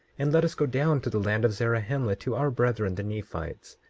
and let us go down to the land of zarahemla to our brethren the nephites,